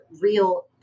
real